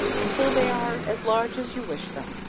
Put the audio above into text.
until they are as large as you wish them.